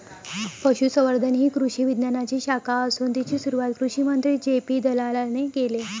पशुसंवर्धन ही कृषी विज्ञानाची शाखा असून तिची सुरुवात कृषिमंत्री जे.पी दलालाने केले